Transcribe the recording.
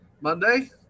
Monday